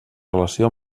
relació